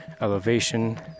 elevation